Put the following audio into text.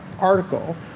article